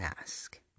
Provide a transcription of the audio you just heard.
ask